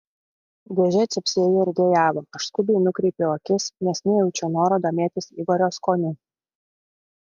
dėžė cypsėjo ir dejavo aš skubiai nukreipiau akis nes nejaučiau noro domėtis igorio skoniu